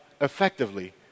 effectively